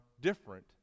different